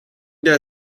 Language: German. der